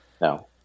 No